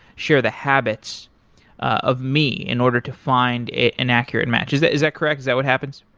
share the habits of me in order to find an accurate match. is that is that correct? is that what happens?